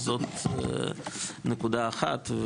זו נקודה אחת.